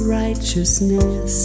righteousness